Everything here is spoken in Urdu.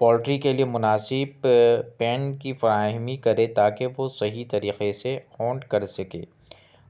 پولٹری کے لئے مناسب پین کی فراہمی کرے تاکہ وہ صحیح طریقے سے اونٹ کر سکے